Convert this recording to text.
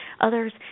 others